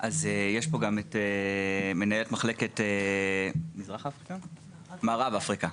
אז יש פה גם את מנהלת מחלקת מערב- מרכז אפריקה,